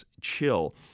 Chill